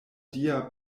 dia